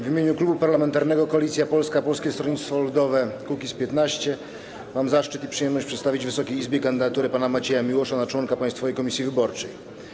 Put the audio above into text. W imieniu Klubu Parlamentarnego Koalicja Polska - Polskie Stronnictwo Ludowe - Kukiz15 mam zaszczyt i przyjemność przedstawić Wysokiej Izbie kandydaturę pana Macieja Miłosza na członka Państwowej Komisji Wyborczej.